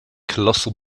colossal